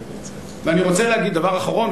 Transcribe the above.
אני רוצה להגיד דבר אחרון,